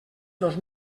dos